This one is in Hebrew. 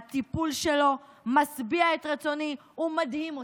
הטיפול שלו משביע את רצוני ומדהים אותי".